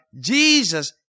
Jesus